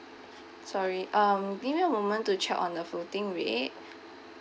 sorry um give me a moment to check on the floating rate